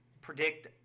predict